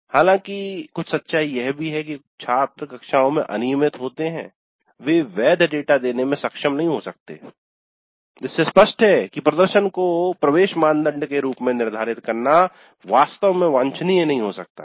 हालांकि कुछ सच्चाई यह भी है कि जो छात्र कक्षाओं में अनियमित होते हैं वे वैध डेटा देने में सक्षम नहीं हो सकते हैं इससे स्पष्ट है कि प्रदर्शन को प्रवेश मानदंड के रूप में निर्धारित करना वास्तव में वांछनीय नहीं हो सकता है